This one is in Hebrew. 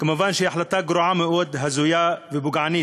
מובן שזוהי החלטה גרועה מאוד, הזויה ופוגענית: